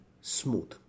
smooth